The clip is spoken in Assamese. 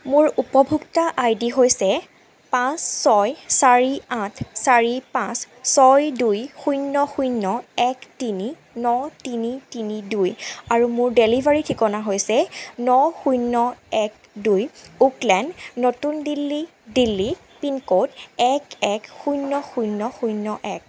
মোৰ উপভোক্তা আইডি হৈছে পাঁচ ছয় চাৰি আঠ চাৰি পাঁচ ছয় দুই শূন্য শূন্য এক তিনি ন তিনি তিনি দুই আৰু মোৰ ডেলিভাৰী ঠিকনা হৈছে ন শূন্য এক দুই ওক লেন নতুন দিল্লী দিল্লী পিনক'ড এক এক শূন্য শূন্য শূন্য এক